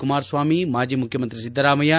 ಕುಮಾರಸ್ವಾಮಿ ಮಾಜಿ ಮುಖ್ಖಮಂತ್ರಿ ಸಿದ್ದರಾಮಯ್ಯ